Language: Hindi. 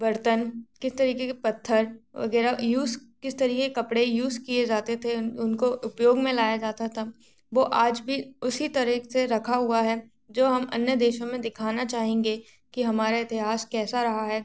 बर्तन किस तरीक़े के पत्थर वग़ैरह यूज़ किस तरीक़े के कपड़े यूज़ किए जाते थे उन उनको उपयोग मे लाया जाता था वो आज भी उसी तरह से रखा हुआ है जो हम अन्य देशों में दिखाना चाहेंगे कि हमारा इतिहास कैसा रहा है